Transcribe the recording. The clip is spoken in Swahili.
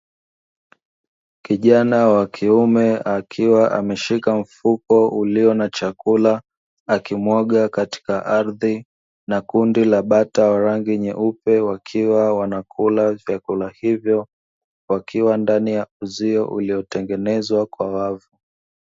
Kijana wa kiume, akiwa ameshika mfuko ulio na chakula, akimwaga katika ardhi na kundi la bata wa rangi nyeupe wakiwa wanakula vyakula hivyo, wakiwa ndani ya uzio uliotengenezwa kwa wavu.